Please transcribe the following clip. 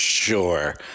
Sure